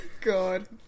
God